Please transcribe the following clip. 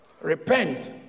repent